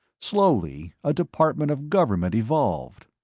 slowly a department of government evolved.